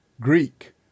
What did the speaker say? Greek